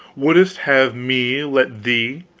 wouldst have me let thee,